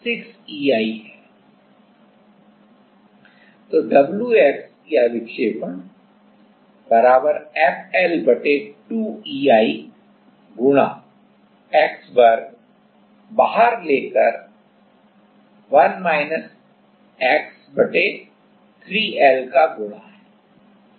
Tip deflection तो wx या विक्षेपण FL 2 EI गुणा x वर्ग बाहर लेकर 1 x 3 L का गुणा है